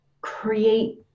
create